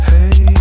Hey